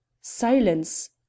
silence